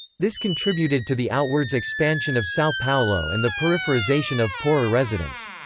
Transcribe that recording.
this contributed to the outwards expansion of sao paulo and the peripherization of poorer residents.